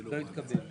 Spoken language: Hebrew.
הצבעה לא התקבל.